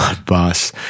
boss